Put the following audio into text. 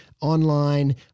online